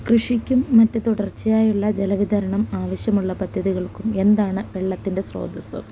കൃഷിയ്ക്കും മറ്റു തുടർച്ചയായുള്ള ജലവിതരണം ആവശ്യമുള്ള പദ്ധതികൾക്കും എന്താണ് വെള്ളത്തിൻ്റെ സ്രോതസ്സ്